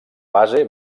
base